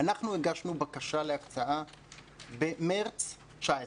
אנחנו הגשנו בקשה להקצאה במרץ 2019,